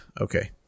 Okay